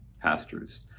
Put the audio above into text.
pastors